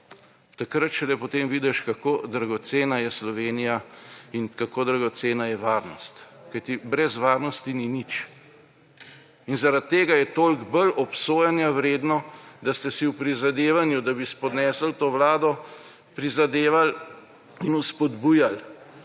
Takrat šele potem vidiš, kako dragocena je Slovenija in kako dragocena je varnost. Kajti, brez varnosti ni nič. In zaradi tega je toliko bolj obsojanja vredno, da ste si v prizadevanju, da bi spodnesli to vlado prizadevali in spodbujali